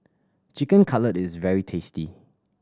Chicken Cutlet is very tasty